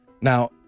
Now